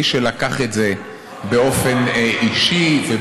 היא עניין של